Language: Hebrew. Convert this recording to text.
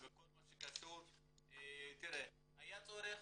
היה צורך.